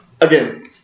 again